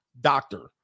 doctor